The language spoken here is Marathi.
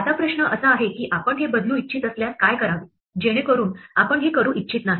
आता प्रश्न असा आहे की आपण हे बदलू इच्छित असल्यास काय करावे जेणेकरून आपण हे करू इच्छित नाही